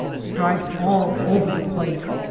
strides all over the place,